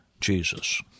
Jesus